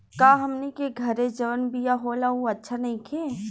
का हमनी के घरे जवन बिया होला उ अच्छा नईखे?